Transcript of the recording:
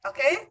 Okay